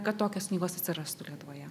kad tokios knygos atsirastų lietuvoje